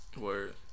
Word